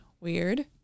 Weird